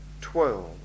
twelve